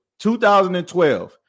2012